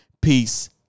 Peace